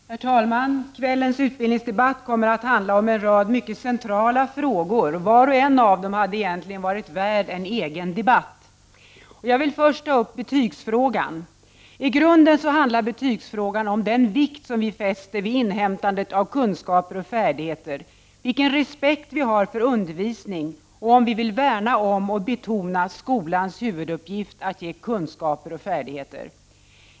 Herr talman! Kvällens utbildningsdebatt kommer att handla om en rad mycket centrala skolfrågor. Var och en av dem hade varit värd en särskild debatt i kammaren. Jag vill först ta upp betygsfrågan. I grunden handlar betygsfrågan om vilken vikt vi fäster vid inhämtandet av kunskaper och färdigheter, vilken respekt vi har för undervisning och om vi vill värna om och betona skolans huvuduppgift att ge kunskaper och färdigheter.